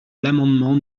l’amendement